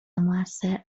موثر